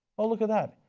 well look at that,